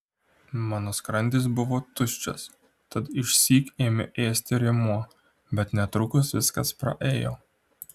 mano skrandis buvo tuščias tad išsyk ėmė ėsti rėmuo bet netrukus viskas praėjo